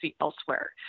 elsewhere